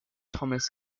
thomas